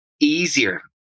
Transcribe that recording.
easier